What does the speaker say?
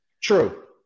true